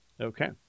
Okay